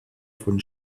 von